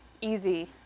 easy